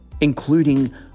including